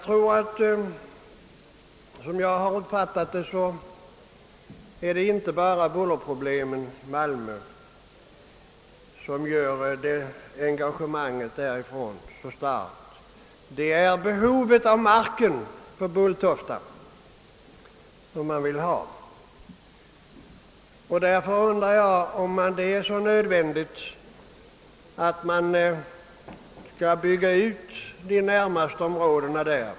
Såsom jag har uppfattat saken är det dock inte bara bullerproblemen som gör att man i Malmö engagerat sig så starkt; man har också behov av den mark som Bulltofta ligger på. Jag undrar emellertid om det är så nödvändigt att bebygga de närmast intill liggande områdena.